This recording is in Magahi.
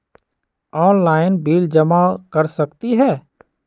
ऑनलाइन बिल जमा कर सकती ह?